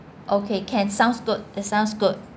okay can sounds good that sounds good